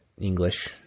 English